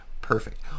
Perfect